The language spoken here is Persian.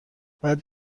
بعد